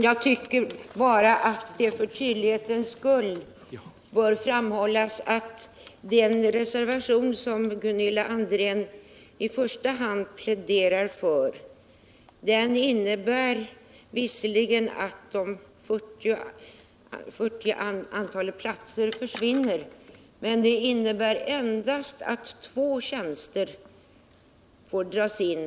Herr talman! För tydlighetens skull bör det framhållas att den reservation som Gunilla André i första hand pläderar för visserligen innebär att 40 platser försvinner, men den innebär endast att två tjänster får dras in.